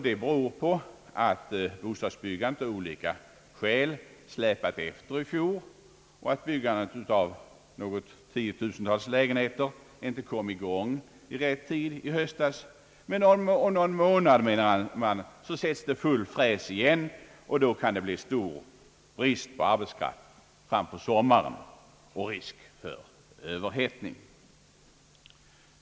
Det beror på att bostadsbyggandet av olika skäl släpat efter i fjol, och att byggandet av något 10 000-tal lägenheter inte kom i gång i rätt tid i höstas. Men om någon månad, menar de, sätts det full fräs igen, och då kan det bli brist på arbetskraft och risk för överhettning fram på sommaren.